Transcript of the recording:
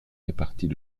réparties